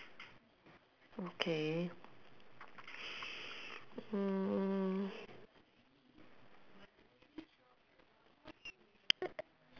okay mm